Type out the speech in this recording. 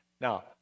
Now